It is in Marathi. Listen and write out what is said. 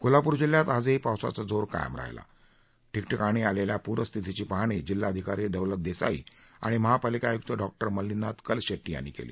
कोल्हापूर जिल्ह्यात आजही पावसाचा जोर कायम राहिला आहे ठिकाणी आलेल्या पूर परिस्थितीची पाहणी जिल्हाधिकारी दौलत देसाई आणि महापालिका आयुक्त डॉक्टर मल्लिनाथ कलशेट्टी यांनी केली